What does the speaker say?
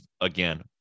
again